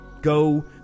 go